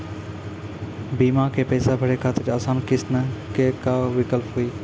बीमा के पैसा भरे खातिर आसान किस्त के का विकल्प हुई?